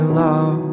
love